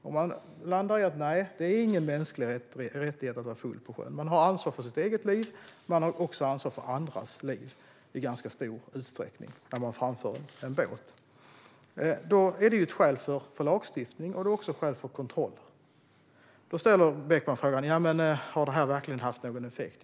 Om man landar i att det inte är en mänsklig rättighet att vara full på sjön - man har ansvar för sitt eget liv, och man har också ansvar för andras liv i ganska stor utsträckning när man framför en båt - är det ett skäl för lagstiftning och också skäl för kontroller. Då ställer Beckman frågan: Har det här verkligen haft någon effekt?